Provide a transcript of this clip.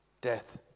death